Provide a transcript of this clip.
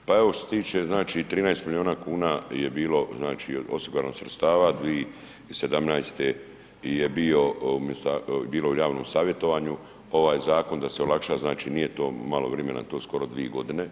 Hvala lijepo, pa evo što se tiče znači 13 miliona kuna je bilo znači osigurano sredstava 2017. je bio u ministarstvu, je bilo u javnom savjetovanju ovaj zakon da se olakša, znači nije to malo vrimena, to je skoro 2 godine,